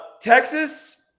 Texas